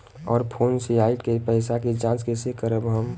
और फोन से आईल पैसा के जांच कैसे करब हम?